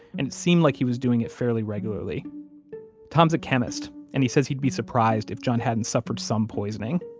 and it seemed like he was doing it fairly regularly tom's a chemist, and he says he'd be surprised if john hadn't suffered some poisoning.